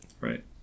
Right